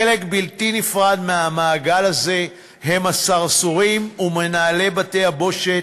חלק בלתי נפרד מהמעגל הזה זה הסרסורים ומנהלי בתי-הבושת,